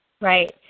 right